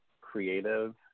creative